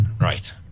right